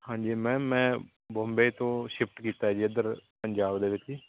ਹਾਂਜੀ ਮੈਮ ਮੈਂ ਬੰਬੇ ਤੋਂ ਸ਼ਿਫਟ ਕੀਤਾ ਜੀ ਇੱਧਰ ਪੰਜਾਬ ਦੇ ਵਿੱਚ ਜੀ